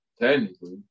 Technically